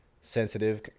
sensitive